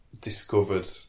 discovered